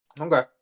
Okay